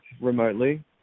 remotely